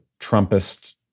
Trumpist